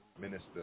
minister